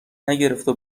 نگرفته